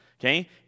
Okay